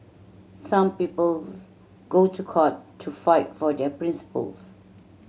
some people go to court to fight for their principles